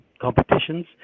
competitions